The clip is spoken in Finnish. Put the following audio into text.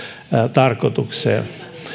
tarkoitukseen